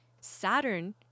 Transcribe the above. Saturn